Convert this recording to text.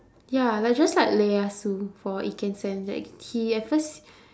ya like just like ieyasu for ikensen he at first